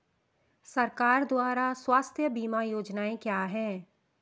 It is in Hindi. सरकार द्वारा स्वास्थ्य बीमा योजनाएं क्या हैं?